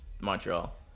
Montreal